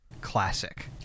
Classic